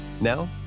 Now